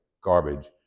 garbage